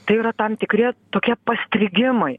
tai yra tam tikri tokie pastrigimai